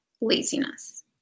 laziness